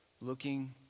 looking